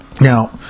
Now